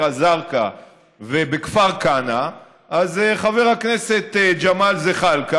א-זרקא ובכפר כנא אז חבר הכנסת ג'מאל זחאלקה,